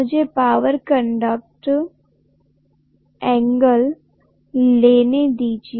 मुझे power factor angle लेने दीजिए